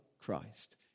Christ